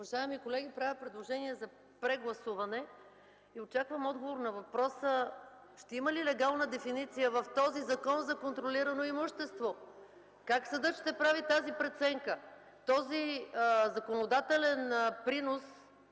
Уважаеми колеги, правя предложение за прегласуване и очаквам отговор на въпроса: ще има ли легална дефиниция в този закон за контролирано имущество? (Реплики от ГЕРБ.) Как съдът ще прави тази преценка? На този законодателен принос,